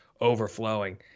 overflowing